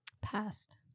Past